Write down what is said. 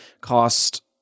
Cost